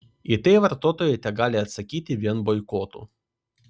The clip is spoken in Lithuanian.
į tai vartotojai tegali atsakyti vien boikotu